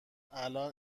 الان